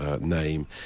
name